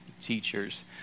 teachers